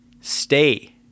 Stay